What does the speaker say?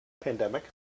Pandemic